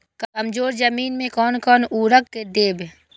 कमजोर जमीन में कोन कोन उर्वरक देब?